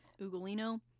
Ugolino